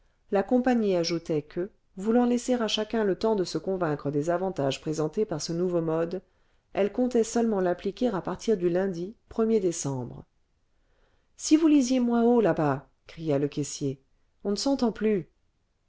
la compagnie ajoutait que voulant laisser à chacun le temps de se convaincre des avantages présentés par ce nouveau mode elle comptait seulement l'appliquer à partir du lundi er décembre si vous lisiez moins haut là-bas cria le caissier on ne s'entend plus